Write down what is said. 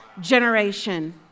generation